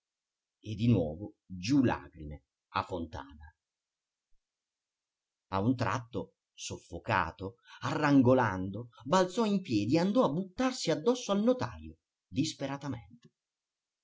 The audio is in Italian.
e di nuovo giù lagrime a fontana a un tratto soffocato arrangolando balzò in piedi e andò a buttarsi addosso al notajo disperatamente